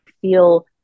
feel